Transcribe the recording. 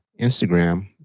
Instagram